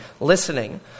listening